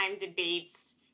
debates